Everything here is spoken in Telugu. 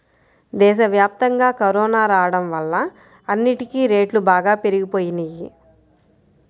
దేశవ్యాప్తంగా కరోనా రాడం వల్ల అన్నిటికీ రేట్లు బాగా పెరిగిపోయినియ్యి